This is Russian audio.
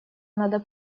надо